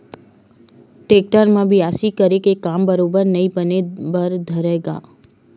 tractor म बियासी करे के काम बरोबर नइ बने बर धरय गा